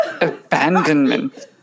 abandonment